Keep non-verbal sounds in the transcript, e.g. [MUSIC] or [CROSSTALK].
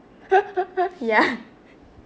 [LAUGHS] yeah